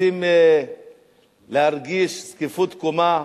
רוצים להרגיש זקיפות קומה,